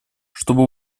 чтобы